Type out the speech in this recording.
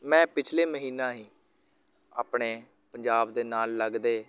ਮੈਂ ਪਿਛਲੇ ਮਹੀਨਾ ਹੀ ਆਪਣੇ ਪੰਜਾਬ ਦੇ ਨਾਲ ਲੱਗਦੇ